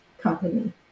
company